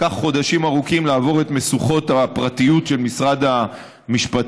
לקח חודשים ארוכים לעבור את משוכות הפרטיות של משרד המשפטים,